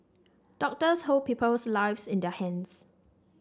doctors hold people's lives in their hands